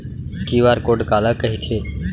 QR code काला कहिथे?